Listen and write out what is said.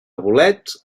bolets